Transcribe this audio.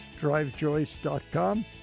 drivejoyce.com